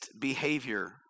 behavior